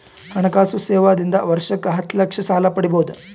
ಹಣಕಾಸು ಸೇವಾ ದಿಂದ ವರ್ಷಕ್ಕ ಹತ್ತ ಲಕ್ಷ ಸಾಲ ಪಡಿಬೋದ?